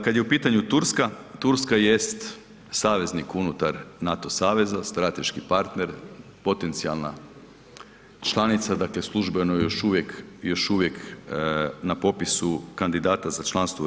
Kada je u pitanju Turska, Turska jest saveznik unutar NATO saveza, strateški partner, potencijalna članica, dakle službeno je još uvijek na popisu kandidata za članstvo u EU.